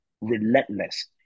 relentless